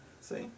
See